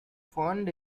fund